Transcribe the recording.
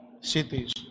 cities